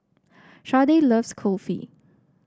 Sharday loves Kulfi